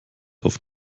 auf